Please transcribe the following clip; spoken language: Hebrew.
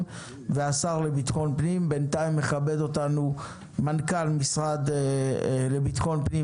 והשר לביטחון פנים" בינתיים מכבד אותנו מנכ"ל המשרד לביטחון פנים,